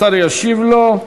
השר ישיב לו.